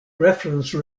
reference